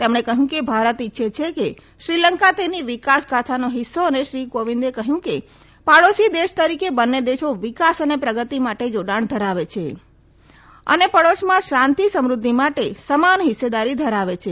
તેમણે કહ્યું કે ભારત ઇચ્છે છે કે શ્રીલંકા તેની વિકાસગાથાનો હિસ્સો અને શ્રી કોવિદે કહ્યું કે પાડોશી દેશ તરીકે બંને દેશો વિકાસ અને પ્રગતિ માટે જોડાણ ધરાવે છે અને પાડોશમાં શાંતી સમૃઘ્ઘિ માટે સમાન હિસ્સેદારી ધરાવે છે